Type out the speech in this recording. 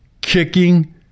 kicking